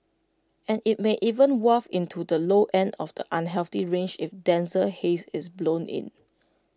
and IT may even waft into the low end of the unhealthy range if denser haze is blown in